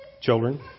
children